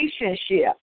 relationship